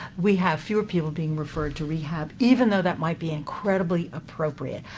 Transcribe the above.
we have fewer people being referred to rehab, even though that might be incredibly appropriate.